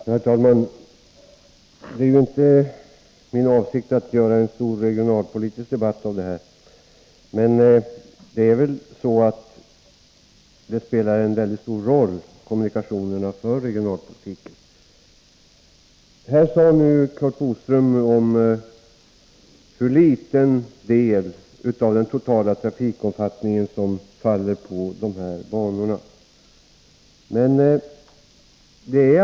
Herr talman! Det är inte min avsikt att dra upp en stor regionalpolitisk debatt, men kommunikationerna spelar en väldigt stor roll för regionalpolitiken. som faller på dessa banor.